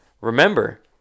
remember